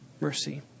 mercy